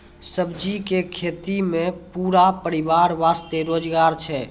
सब्जी के खेतों मॅ पूरा परिवार वास्तॅ रोजगार छै